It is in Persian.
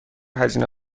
هزینه